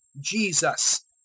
Jesus